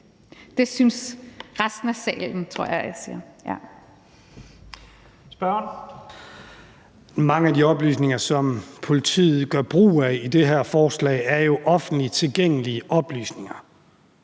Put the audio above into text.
Kl. 14:00 Henrik Rejnholt Andersen (M): Mange af de oplysninger, som politiet skal gøre brug af med det her forslag, er jo offentligt tilgængelige oplysninger.